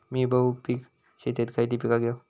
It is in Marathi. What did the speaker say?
मी बहुपिक शेतीत खयली पीका घेव?